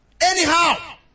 anyhow